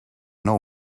know